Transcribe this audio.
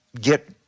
get